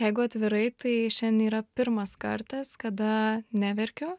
jeigu atvirai tai šiandien yra pirmas kartas kada neverkiu